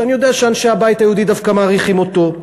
שאני יודע שאנשי הבית היהודי דווקא מעריכים אותו,